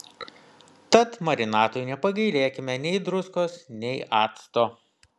tad marinatui nepagailėkime nei druskos nei acto